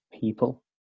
people